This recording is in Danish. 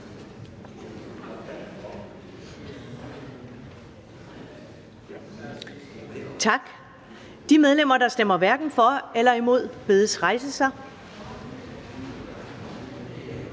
Tak. De medlemmer, der stemmer hverken for eller imod, bedes rejse sig.